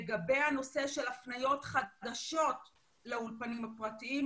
לגבי הנושא של הפניות חדשות לאולפנים הפרטיים,